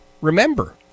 Remember